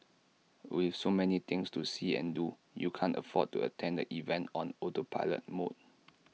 with so many things to see and do you can't afford to attend the event on autopilot mode